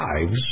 lives